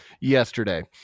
yesterday